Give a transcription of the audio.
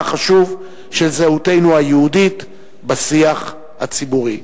החשוב של זהותנו היהודית בשיח הציבורי.